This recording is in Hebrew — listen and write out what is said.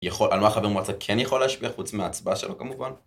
יכול, על מה החבר מועצה כן יכול להשפיע חוץ מההצבעה שלו כמובן.